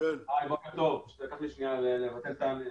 בוקר טוב לכולם.